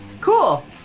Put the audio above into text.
Cool